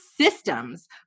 systems